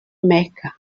mecca